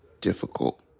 difficult